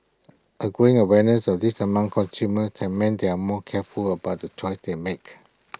A growing awareness of this among consumers has meant they are more careful about the choices they make